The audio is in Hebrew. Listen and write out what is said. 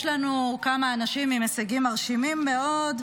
יש לנו כמה אנשים עם הישגים מרשימים מאוד,